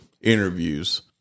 interviews